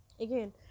Again